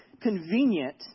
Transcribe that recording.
convenient